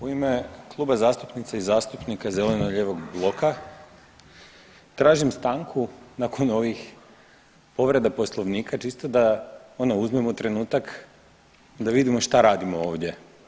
U ime Kluba zastupnica i zastupnika zeleno-lijevog bloka tražim stanku nakon ovih povreda poslovnika čisto da ono uzmemo trenutak da vidimo šta radimo ovdje.